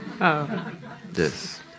Yes